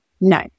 No